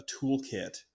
toolkit